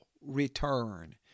Return